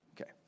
Okay